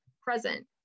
present